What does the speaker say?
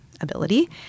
ability